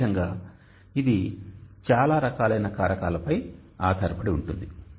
ఈ విధంగా ఇది చాలా రకాలైన కారకాలపై ఆధారపడి ఉంటుంది